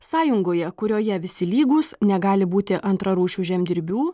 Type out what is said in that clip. sąjungoje kurioje visi lygūs negali būti antrarūšių žemdirbių